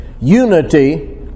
Unity